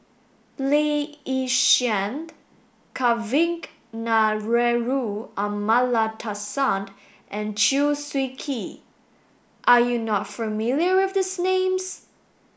Lee Yi Shyan Kavignareru Amallathasan and Chew Swee Kee are you not familiar with these names